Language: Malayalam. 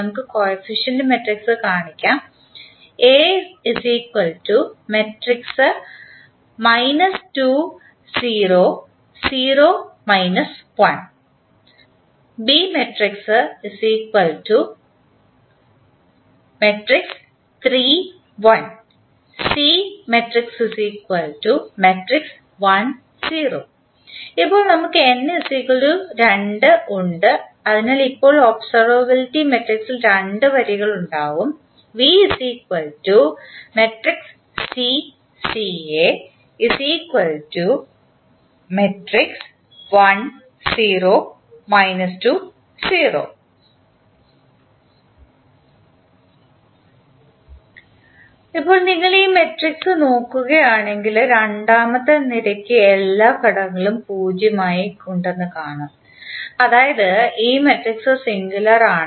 നമുക്ക് കോയഫിഷ്യന്റ് മട്രിക്സ് പരിഗണിക്കാം ഇപ്പോൾ നമുക്ക് n 2 ഉണ്ട് അതിനാൽ ഇപ്പോൾ ഒബ്സെർവബലിറ്റി മാട്രിക്സിൽ രണ്ട് വരികളുണ്ടാകും ഇപ്പോൾ നിങ്ങൾ ഈ മാട്രിക്സ് നോക്കുകയാണെങ്കിൽ രണ്ടാമത്തെ നിരയ്ക്ക് എല്ലാ ഘടകങ്ങളും 0 ആയി ഉണ്ടെന്ന് കാണും അതായത് ഈ മാട്രിക്സും സിംഗുലാർ ആണ്